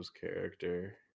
character